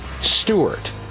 Stewart